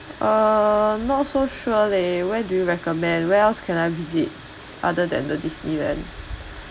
uh not so sure leh where do you recommend where else can I visit other than the disneyland